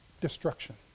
destruction